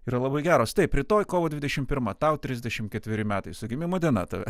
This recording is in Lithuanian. yra labai geros taip rytoj kovo dvidešimt pirma tau trisdešimt ketveri metai su gimimo diena tave